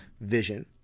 vision